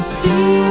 see